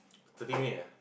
thirty minute eh